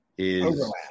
Overlap